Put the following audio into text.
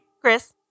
Chris